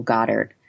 Goddard